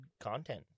content